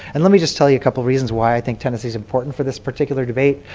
and let me just tell you a couple reasons why i think tennessee is important for this particular debate.